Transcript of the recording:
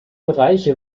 bereiche